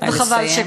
נא לסיים.